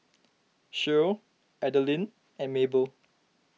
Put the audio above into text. Shirl Adalynn and Maybelle